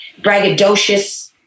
braggadocious